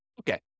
Okay